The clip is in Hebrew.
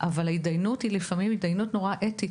אבל לפעמים ההתדיינות היא מאוד אתית: